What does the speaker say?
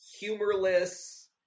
humorless